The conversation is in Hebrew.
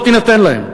לא תינתן להם.